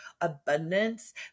abundance